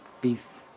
peace